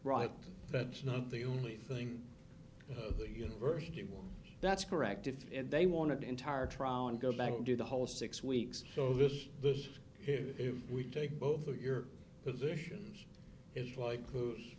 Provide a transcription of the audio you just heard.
right that's not the only thing the university will that's correct if they want to the entire trial and go back and do the whole six weeks so this this if we take both of your positions is like who